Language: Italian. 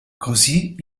così